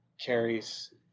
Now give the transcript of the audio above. carries